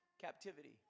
captivity